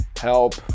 help